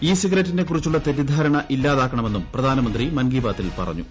E സിഗരറ്റിനെക്കൂറിച്ചുള്ള തെറ്റിദ്ധാരണ ഇല്ലാതാക്കണമെന്നും പ്രധാനമന്ത്രി മൻ കി ബാത്തിൽ പറഞ്ഞു